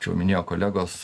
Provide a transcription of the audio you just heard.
čia jau minėjo kolegos